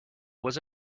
was